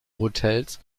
hotels